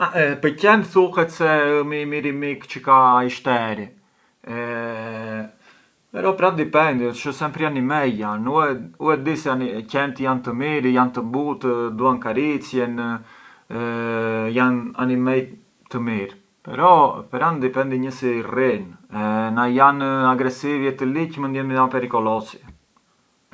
Pë qent thuhet se ë më i miri mik çë ka i shteri, però pran dipendi, përç sempri animej jan, u e di se qent jan të mirë jan të but, duan karicjen, jan animej të mirë, però pran dipendi një si i rrinë e na jan aggressivi e të ligjë jan pericolosi.